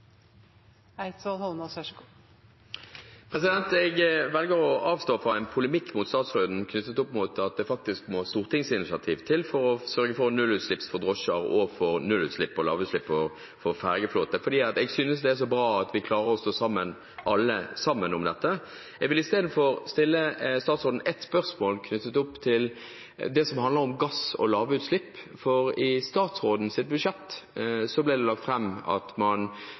Jeg velger å avstå fra en polemikk mot statsråden knyttet opp mot at det faktisk må stortingsinitiativ til for å sørge for nullutslipp for drosjer og nullutslipp og lavutslipp for fergeflåten, fordi jeg synes det er så bra at vi alle klarer å stå sammen om dette. Jeg vil isteden stille statsråden et spørsmål knyttet til det som handler om gass og lavutslipp. I statsrådens budsjett ble det lagt fram at man